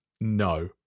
No